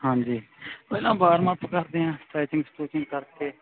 ਹਾਂਜੀ ਪਹਿਲਾਂ warm up ਕਰਦੇ ਹਾਂ ਸਟ੍ਰੈਚਿੰਗ ਸਟਰੁਚਿੰਗ ਕਰ ਕੇ